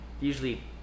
usually